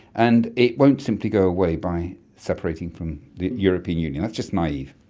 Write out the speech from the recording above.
and it won't simply go away by separating from the european union, that's just naive.